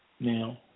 now